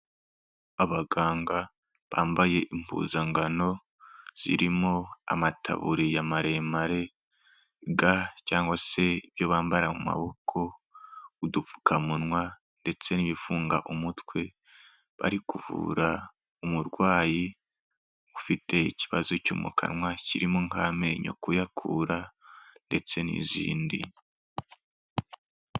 Abaganga bambaye impuzangano zirimo amataburiya maremare, ga cyangwa se ibyo bambara mu maboko, udupfukamunwa ndetse n'ibifunga umutwe, bari kuvura umurwayi ufite ikibazo cyo mu kanwa kirimo nk'amenyo kuyakura ndetse n'izindi.